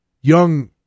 young